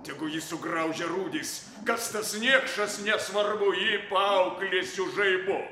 tegu jį sugraužia rūdys kas tas niekšas nesvarbu jį paauklėsiu žaibu